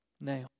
now